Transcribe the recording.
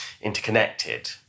interconnected